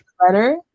Letter